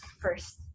first